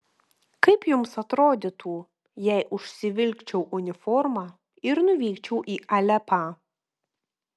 kaip jums atrodytų jei užsivilkčiau uniformą ir nuvykčiau į alepą